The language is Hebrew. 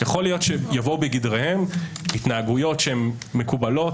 יכול להיות שיבואו בגדריהן התנהגויות מקובלות,